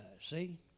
see